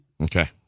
Okay